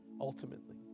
ultimately